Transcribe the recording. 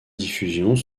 diffusions